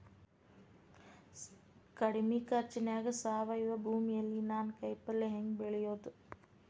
ಕಡಮಿ ಖರ್ಚನ್ಯಾಗ್ ಸಾವಯವ ಭೂಮಿಯಲ್ಲಿ ನಾನ್ ಕಾಯಿಪಲ್ಲೆ ಹೆಂಗ್ ಬೆಳಿಯೋದ್?